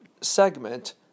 segment